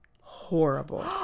horrible